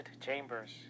chambers